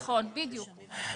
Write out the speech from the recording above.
נכון, בדיוק.